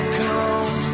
come